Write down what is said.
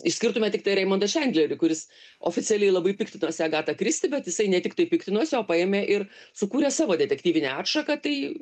išskirtume tiktai raimondą čendlerį kuris oficialiai labai piktinosi agata kristi bet jisai ne tiktai piktinosi o paėmė ir sukūrė savo detektyvinę atšaką tai